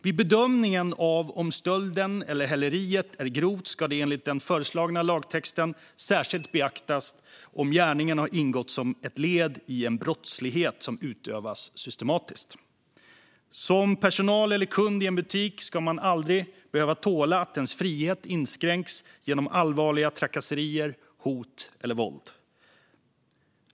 Vid bedömningen av om stölden eller häleriet är grovt ska det enligt den föreslagna lagtexten särskilt beaktas om gärningen har ingått som ett led i en brottslighet som utövats systematiskt. Som personal eller kund i en butik ska man aldrig behöva tåla att ens frihet inskränks genom allvarliga trakasserier, hot eller våld.